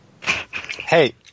Hey